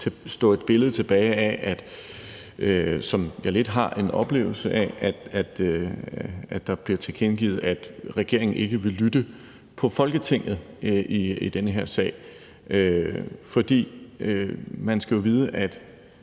synes ikke, at der sådan, som jeg lidt har en oplevelse af, bør stå et billede tilbage af, at regeringen ikke vil lytte til Folketinget i den her sag. For man skal jo vide, at